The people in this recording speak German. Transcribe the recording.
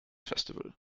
festival